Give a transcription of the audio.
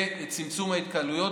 וכן צמצום ההתקהלויות.